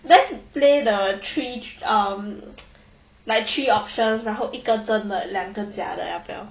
let's play the three um like three options 然后一个真的两个假的要不要